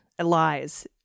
lies